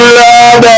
love